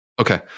Okay